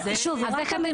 אבל לא מכירים